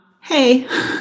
hey